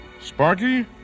Sparky